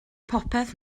popeth